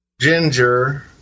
ginger